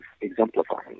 exemplifying